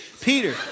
Peter